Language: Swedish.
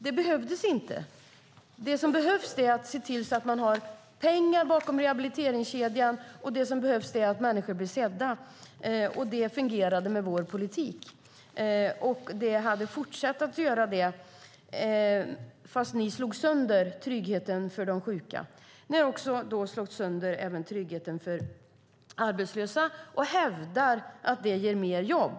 Det behövdes inte. Det som behövs är att man har pengar bakom rehabiliteringskedjan och att människor blir sedda. Det fungerade med vår politik. Det hade fortsatt att göra det, men ni slog sönder tryggheten för de sjuka. Ni har också slagit sönder tryggheten för de arbetslösa och hävdar att det ger fler jobb.